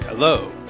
Hello